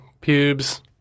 pubes